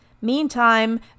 Meantime